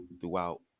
throughout